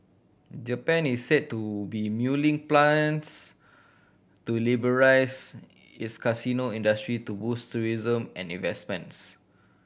Japan is said to be mulling plans to liberalise its casino industry to boost tourism and investments